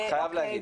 חייב להגיד.